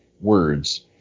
words